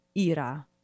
ira